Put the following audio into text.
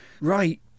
Right